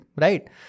right